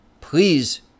please